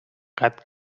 gat